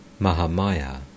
Mahamaya